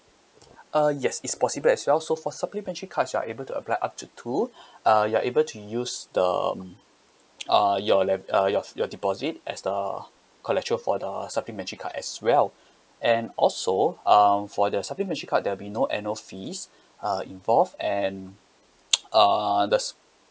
uh yes it's possible as well so for supplementary cards you are able to apply up to two uh you're able to use the um uh your le~ uh yours your deposit as the collateral for the supplementary card as well and also um for the supplementary card there'll be no annual fees uh involved and uh the